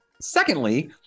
Secondly